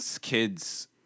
Kids